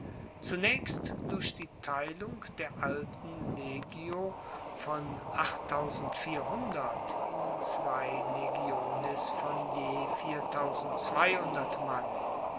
zunaechst durch die teilung der alten legio von in zwei legiones von je mann